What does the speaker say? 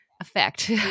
effect